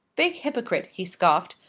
big hypocrite he scoffed.